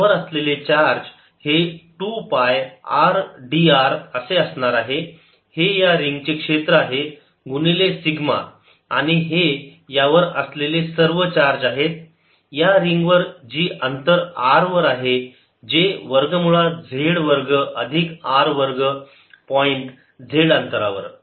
यावर असलेले चार्ज हे 2 पाय r d r असणार आहे हे या रिंगचे क्षेत्र आहे गुणिले सिग्मा आणि हे यावर असलेले सर्व चार्ज आहे या रिंग वर जी अंतर r वर आहे जे वर्ग मुळात z वर्ग अधिक r वर्ग पॉईंट z अंतरावर